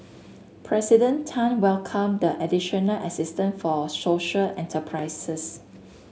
President Tan welcomed the additional assistance for social enterprises